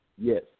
Yes